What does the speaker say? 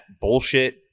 bullshit